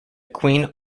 queen